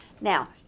Now